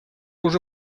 уже